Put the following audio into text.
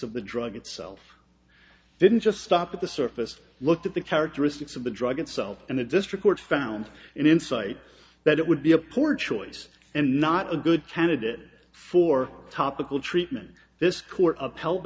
of the drug itself didn't just stop at the surface looked at the characteristics of the drug itself and the district court found an insight that it would be a poor choice and not a good candidate for topical treatment this court upheld